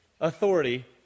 authority